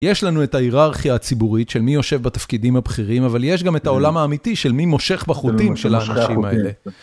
יש לנו את ההיררכיה הציבורית של מי יושב בתפקידים הבכירים, אבל יש גם את העולם האמיתי של מי מושך בחוטים של האנשים האלה.